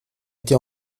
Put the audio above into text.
été